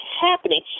happening